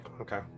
okay